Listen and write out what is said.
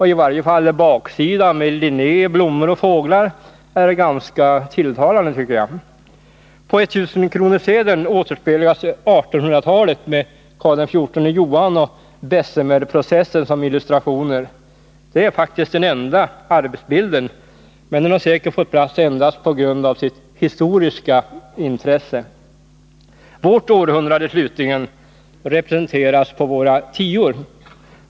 I varje fall baksidan med Linné, blommor och fåglar tycker jag är ganska tilltalande. På 1 000-kronorssedeln återspeglas 1800-talet med Karl XIV Johan och Bessemerprocessen som illustrationer. Det är faktiskt den enda arbetsbilden, men den har säkert fått plats endast på grund av sitt historiska intresse. Vårt århundrade representeras slutligen på våra tior.